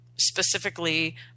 specifically